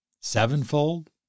sevenfold